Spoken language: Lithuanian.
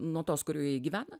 nuo tos kurioje ji gyvena